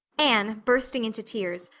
anne, bursting into tears,